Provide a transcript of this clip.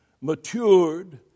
matured